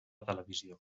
televisió